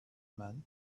men